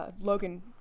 Logan